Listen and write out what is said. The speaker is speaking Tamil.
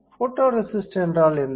ஃபோட்டோரேசிஸ்ட் என்றால் என்ன